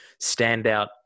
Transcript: standout